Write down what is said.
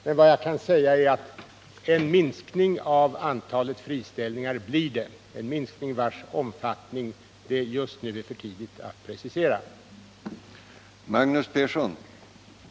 Jag kan emellertid säga att det blir en minskning av antalet friställningar, en minskning vars omfattning det just nu är för tidigt att uttala sig om.